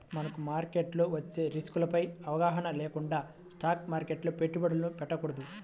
మనకు మార్కెట్లో వచ్చే రిస్కులపై అవగాహన లేకుండా స్టాక్ మార్కెట్లో పెట్టుబడులు పెట్టకూడదు